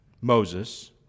Moses